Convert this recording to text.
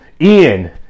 Ian